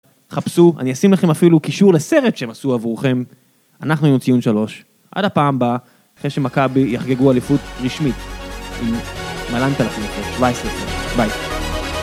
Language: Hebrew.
חפשו אני אשים לכם אפילו קישור לסרט שהם עשו עבורכם אנחנו היינו ציון 3 עד הפעם הבאה אחרי שמכבי יחגגו אליפות רשמית.